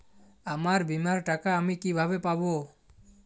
আমার বীমার টাকা আমি কিভাবে পাবো?